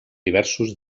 diversos